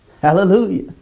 Hallelujah